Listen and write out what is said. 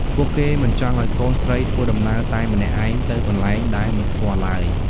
ពួកគេមិនចង់ឱ្យកូនស្រីធ្វើដំណើរតែម្នាក់ឯងទៅកន្លែងដែលមិនស្គាល់ឡើយ។